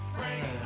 Frank